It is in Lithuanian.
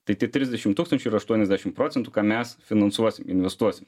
tai trisdešim tūkstančių ir aštuoniasdešim procentų ką mes finansuosim investuosim